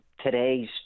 today's